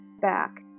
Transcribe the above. back